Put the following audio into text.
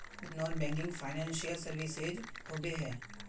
Non banking financial services होबे है?